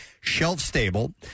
shelf-stable